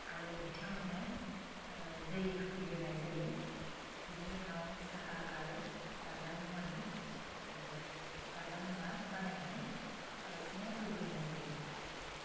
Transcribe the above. आरो बिथांमोननो दै होफैग्रोनाय जायो बिनि उनाव साहा आरो जाग्रा मुवानि जाग्रा मुवा बानायनानै आलासिनो होग्रोनाय जायो